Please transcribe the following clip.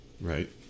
Right